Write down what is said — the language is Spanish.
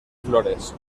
flores